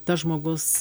tas žmogus